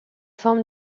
forme